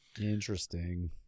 interesting